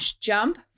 jump